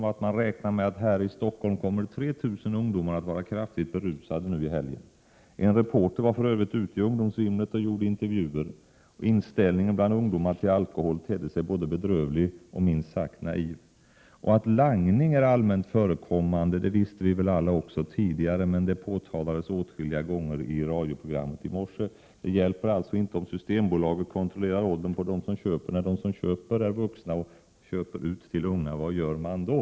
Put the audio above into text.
Det sades bl.a. att 3 000 ungdomar kommer att vara kraftigt berusade nu i helgen här i Stockholm. En reporter var för övrigt ute i ungdomsvimlet och 73 Prot. 1987/88:124 gjorde intervjuer. Inställningen bland ungdomarna till alkohol tedde sig både bedrövlig och minst sagt naiv. Att langning är allmänt förekommande visste vi väl alla tidigare, men detta påtalades åtskilliga gånger i radioprogrammet i morse. Det hjälper alltså inte att Systembolaget kontrollerar åldern på dem som köper alkohol, när vuxna personer köper ut till unga människor. Vad gör man då?